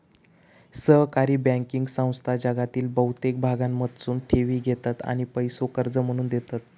सहकारी बँकिंग संस्था जगातील बहुतेक भागांमधसून ठेवी घेतत आणि पैसो कर्ज म्हणून देतत